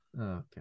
Okay